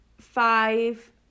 five